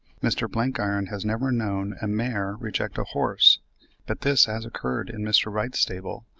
mr. blenkiron has never known a mare reject a horse but this has occurred in mr. wright's stable,